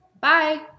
Bye